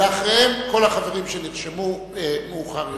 אחריהם, כל החברים שנרשמו מאוחר יותר.